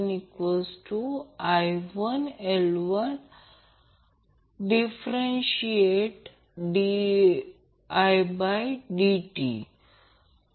तर हे XLRL XL 2 आहे त्याचप्रमाणे RC j XC साठी नुमरेटर आणि डीनोमिनेटरला RC j XC ने गुणाकार करा